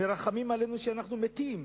מרחמים עלינו כשאנחנו מתים.